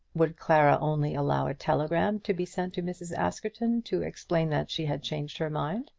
would clara only allow a telegram to be sent to mrs. askerton, to explain that she had changed her mind?